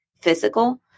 physical